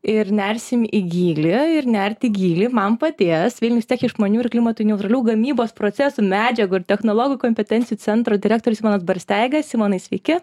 ir nersim į gylį ir nert į gylį man padės vilnius tech išmanių ir klimatui neutralių gamybos procesų medžiagų ir technologijų kompetencijų centro direktorius simonas barsteiga simonai sveiki